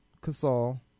Casal